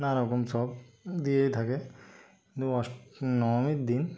নানা রকম সব দিয়েই থাকে কিন্তু অষ্ নবমীর দিন